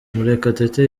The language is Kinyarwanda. murekatete